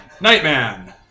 Nightman